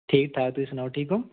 ਠੀਕ ਠਾਕ ਤੁਸੀਂ ਸੁਣਾਓ ਠੀਕ ਓਂ